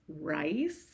rice